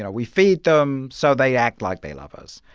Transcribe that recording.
ah we feed them, so they act like they love us.